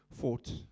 fought